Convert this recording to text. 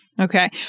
Okay